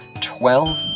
twelve